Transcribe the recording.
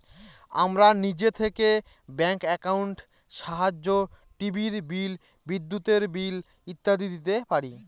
আমরা নিজে থেকে ব্যাঙ্ক একাউন্টের সাহায্যে টিভির বিল, বিদ্যুতের বিল ইত্যাদি দিতে পারি